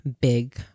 big